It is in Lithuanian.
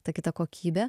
ta kita kokybė